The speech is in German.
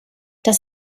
das